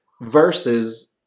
versus